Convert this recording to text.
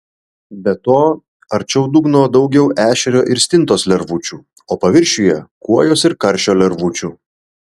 be to arčiau dugno daugiau ešerio ir stintos lervučių o paviršiuje kuojos ir karšio lervučių